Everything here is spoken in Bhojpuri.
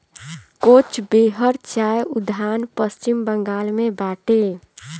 कोच बेहर चाय उद्यान पश्चिम बंगाल में बाटे